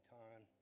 time